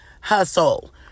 hustle